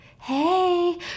Hey